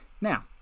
Now